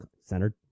centered